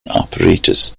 apparatus